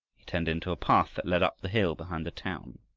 he turned into a path that led up the hill behind the town.